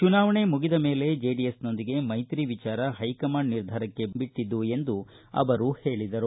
ಚುನಾವಣೆ ಮುಗಿದ ಮೇಲೆ ಜೆಡಿಎಸ್ನೊಂದಿಗೆ ಮೈತ್ರಿ ವಿಚಾರ ಹೈಕಮಾಂಡ್ ನಿರ್ಧಾರಕ್ಕೆ ಬಿಟ್ಟಿದ್ದು ಎಂದು ಅವರು ಹೇಳಿದರು